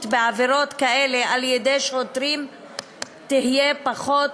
בעבירות כאלה על-ידי שוטרים תהיה פחות,